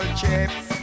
chips